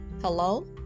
hello